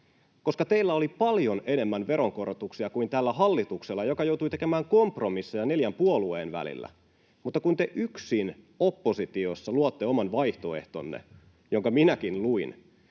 luokkaa. Teillä oli paljon enemmän veronkorotuksia kuin tällä hallituksella, joka joutui tekemään kompromisseja neljän puolueen välillä, mutta kun te yksin oppositiossa luotte oman vaihtoehtonne, jonka minäkin luin,